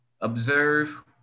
observe